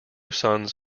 sons